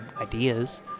ideas